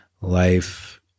life